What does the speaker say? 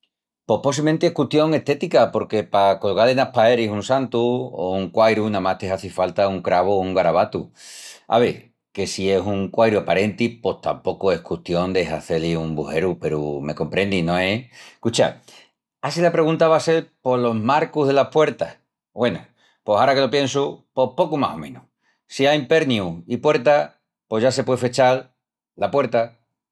Pos possimenti es custión estética porque pa colgal enas paeris un santu o un quairu namás te hazi falta un cravu o un garabatu. Ave, que si es un quairu aparenti pos tapocu es custión de hazé-li un bujeru peru me comprendis, no es? Cucha, á si la pregunta va a sel polos marcus delas puertas. Güenu, pos ara que lo piensu, pos pocu más o menus. Si ain pernius i puerta pos ya se puei fechal la puerta.